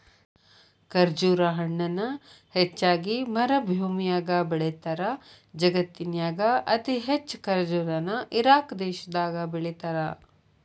ಖರ್ಜುರ ಹಣ್ಣನ ಹೆಚ್ಚಾಗಿ ಮರಭೂಮ್ಯಾಗ ಬೆಳೇತಾರ, ಜಗತ್ತಿನ್ಯಾಗ ಅತಿ ಹೆಚ್ಚ್ ಖರ್ಜುರ ನ ಇರಾಕ್ ದೇಶದಾಗ ಬೆಳೇತಾರ